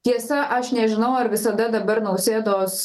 tiesa aš nežinau ar visada dabar nausėdos